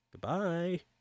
Goodbye